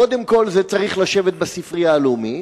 קודם כול זה צריך לשבת בספרייה הלאומית,